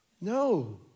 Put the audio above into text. No